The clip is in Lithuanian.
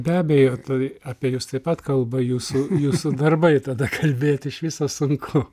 be abejo tai apie jus taip pat kalba jūsų jūsų darbai tada kalbėti iš viso sunku